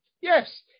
Yes